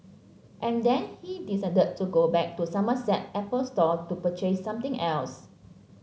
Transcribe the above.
and then he decided to go back to the Somerset Apple Store to purchase something else